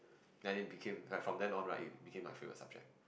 then it became like from then on right it became my favourite subject